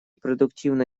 продуктивно